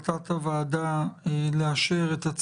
נמצא איתנו נציג משרד המשפטים,